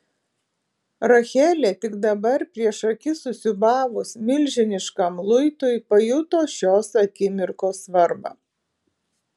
rachelė tik dabar prieš akis susiūbavus milžiniškam luitui pajuto šios akimirkos svarbą